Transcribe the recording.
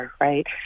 right